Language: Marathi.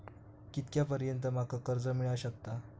कितक्या पर्यंत माका कर्ज मिला शकता?